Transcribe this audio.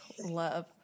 love